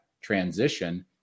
transition